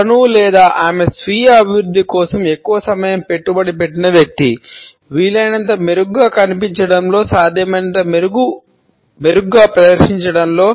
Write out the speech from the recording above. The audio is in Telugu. అతను లేదా ఆమె స్వీయ అభివృద్ధి కోసం ఎక్కువ సమయం పెట్టుబడి పెట్టిన వ్యక్తి వీలైనంత మెరుగ్గా కనిపించడంలో సాధ్యమైనంత మెరుగ్గా ప్రదర్శించడంలో